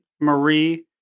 Marie